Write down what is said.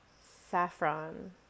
saffron